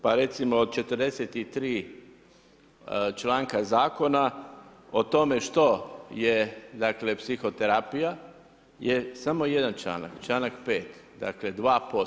Pa recimo od 43 članka zakona o tome što je dakle psihoterapija je samo jedan članak, članak 5., dakle 2%